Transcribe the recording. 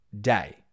day